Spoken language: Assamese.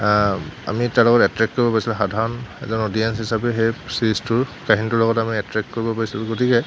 আমি তেওঁলোকক এট্ৰেক্ট কৰিব পাৰিছিলোঁ সাধাৰণ এজন অডিয়েঞ্ছ হিচাপে সেই চিৰিজটোৰ কাহিনীটোৰ লগত আমি এট্ৰেক্ট কৰিব পাৰিছিলোঁ গতিকে